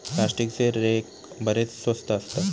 प्लास्टिकचे रेक बरेच स्वस्त असतात